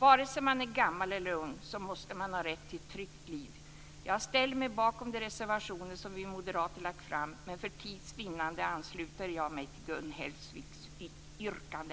Vare sig man är gammal eller ung, måste man ha rätt till ett tryggt liv. Jag ställer mig bakom de reservationer som vi moderater lagt fram, men för tids vinnande ansluter jag mig till Gun Hellsviks yrkande.